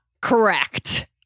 correct